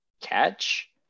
catch